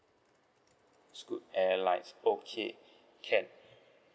scoot airlines okay can